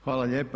Hvala lijepa.